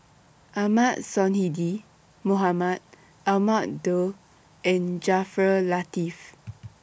Ahmad Sonhadji Mohamad Ahmad Daud and Jaafar Latiff